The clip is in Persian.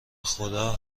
خدا